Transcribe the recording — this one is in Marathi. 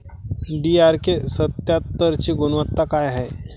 डी.आर.के सत्यात्तरची गुनवत्ता काय हाय?